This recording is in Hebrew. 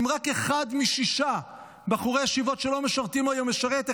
אם רק אחד משישה בחורי ישיבות שלא משרתים היום ישרת,